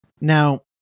Now